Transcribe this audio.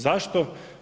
Zašto?